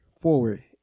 forward